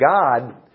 God